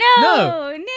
No